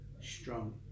strong